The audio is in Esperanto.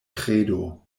kredo